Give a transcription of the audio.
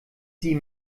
sie